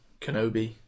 Kenobi